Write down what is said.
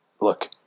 Look